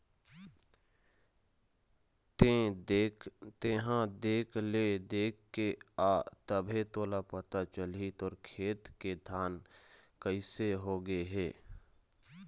तेंहा देख ले देखके आ तभे तोला पता चलही तोर खेत के धान कइसे हो गे हे